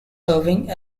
serving